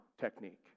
technique